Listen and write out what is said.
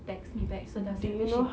text me back so does that mean she thinks